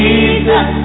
Jesus